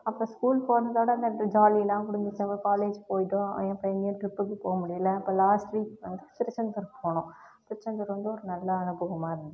அப்போ ஸ்கூல் போவதைவிட அந்த இந்த ஜாலியெல்லாம் முடிஞ்சுச்சு நாங்கள் காலேஜ் போயிட்டோம் இப்போ எங்கையும் ட்ரிப்புக்கு போக முடியிலை இப்போ லாஸ்ட் வீக் வந்து திருச்செந்தூர் போனோம் திருச்செந்தூர் வந்து ஒரு நல்ல அனுபவமாக இருந்துச்சு